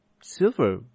Silver